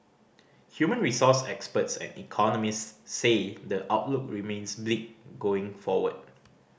human resource experts and economists say the outlook remains bleak going forward